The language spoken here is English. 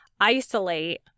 isolate